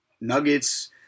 Nuggets